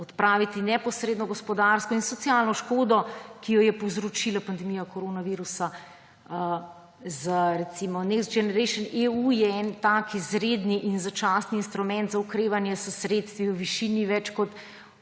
odpraviti neposredno gospodarsko in socialno škodo, ki jo je povzročila pandemija koronavirusa. Recimo Next generation EU je en tak izreden in začasen instrument za okrevanje s sredstvi v višini več kot